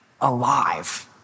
alive